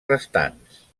restants